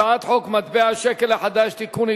הצעת חוק מטבע השקל החדש (תיקון,